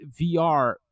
VR